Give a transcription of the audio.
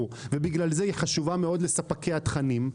ובגלל זה היא חשובה מאוד לספקי התכנים.